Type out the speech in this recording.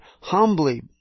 humbly